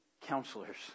counselors